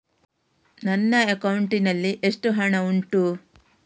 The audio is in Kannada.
ನನ್ನ ಅಕೌಂಟ್ ನಲ್ಲಿ ಎಷ್ಟು ಹಣ ಉಂಟು?